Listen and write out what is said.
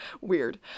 Weird